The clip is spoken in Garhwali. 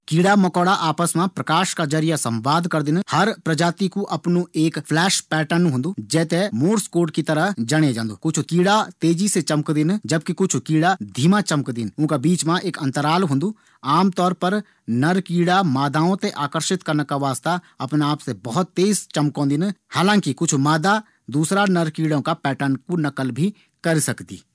कीड़ा मकौड़ा आपस मा प्रकाश का जरिया संवाद करदिन। हर प्रजाति कू अफणु एक फ़्लैश पैटर्न होंदु। जै थें मूड्स कोड की तरह जाणे जांदू। कीड़ा तेजी से चमकदीन जबकि कुछ कीड़ा धीमा चमकदीन। ऊंका बीच मा एक अंतराल होंदू। आम तौर पर नर कीड़ा मादाओं थें आकर्षित करना का वास्ता अपणा आप थें बहुत तेज चमकोंदिन। हालांकि कुछ मादा कीड़ा दूसरा नर कीड़ों की नकल भी कर सकदिन।